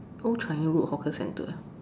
old changi road hawker center